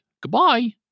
Goodbye